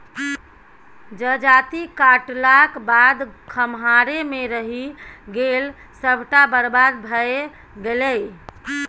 जजाति काटलाक बाद खम्हारे मे रहि गेल सभटा बरबाद भए गेलै